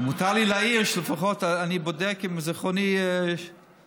מותר לי להעיר שלפחות אני בודק אם זיכרוני בסדר.